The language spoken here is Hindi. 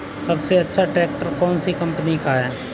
सबसे अच्छा ट्रैक्टर कौन सी कम्पनी का है?